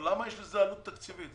למה יש לזה עלות תקציבית?